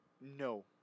no